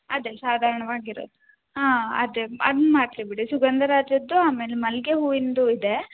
ಅದೆ ಸಾಧಾರ್ಣವಾಗ್ ಇರೋದು ಹಾಂ ಅದೇ ಅದ್ನ ಮಾಡಿಸಿ ಬಿಡಿ ಸುಗಂಧರಾಜದ್ದು ಆಮೇಲೆ ಮಲ್ಲಿಗೆ ಹೂವಿಂದು ಇದೆ